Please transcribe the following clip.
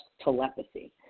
telepathy